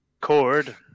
cord